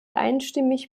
einstimmig